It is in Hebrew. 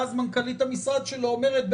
ואז מנכ"לית המשרד שלו אומרת: